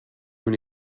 con